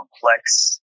complex